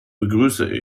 begrüße